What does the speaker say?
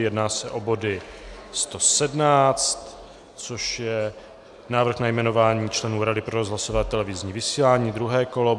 Jedná se o body 117, což je Návrh na jmenování členů Rady pro rozhlasové a televizní vysílání, druhé kolo.